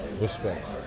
Respect